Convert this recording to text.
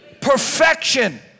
perfection